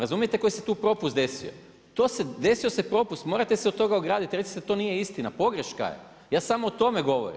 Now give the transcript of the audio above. Razumijete koji se tu propust desio, desio se propust morate se od toga ograditi, recite da to nije istina, pogreška je, ja samo o tome govorim.